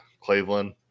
Cleveland